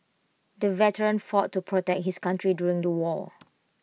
the veteran fought to protect his country during the war